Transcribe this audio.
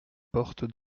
porte